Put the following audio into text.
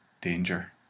danger